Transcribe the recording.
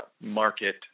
market